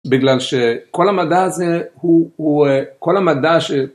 בגלל שכל המדע הזה הוא כל המדע ש...